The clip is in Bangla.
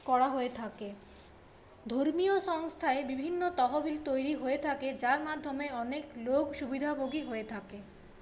করা হয়ে থাকে ধর্মীয় সংস্থায় বিভিন্ন তহবিল তৈরি হয়ে থাকে যার মাধ্যমে অনেক লোক সুবিধাভোগী হয়ে থাকে